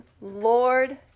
Lord